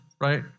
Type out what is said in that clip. right